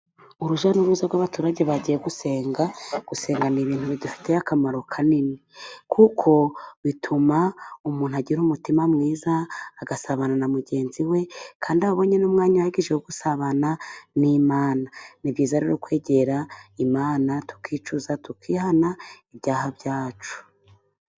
Urujya n'uruza rw'abaturage bagiye gusenga. Gusenga ni ibintu bidufiteye akamaro kanini, kuko bituma umuntu agira umutima mwiza, agasabana na mugenzi we, kandi aba abonye n'umwanya uhagije wo gusabana n'Imana. Ni byiza rero kwegera Imana tukicuza, tukihana ibyaha byacu.